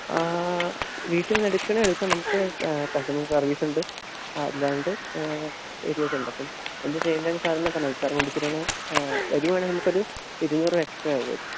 വീട്ടില്നിന്ന് എടുക്കണമെങ്കില് എടുക്കാം നമുക്ക് കസ്റ്റമർ സർവീസുണ്ട് അല്ലാണ്ട് ഏരിയാസുണ്ടപ്പോള് എന്താണു ചെയ്യേണ്ടതെന്ന് സാര് പറഞ്ഞാല് മതി സാര് കൊണ്ടുത്തരുവാണെങ്കില് വരുവണെങ്കില് നമുക്കൊരു ഇരുന്നൂറു രൂപ എക്സ്ട്രാ ആകുമായിരിക്കും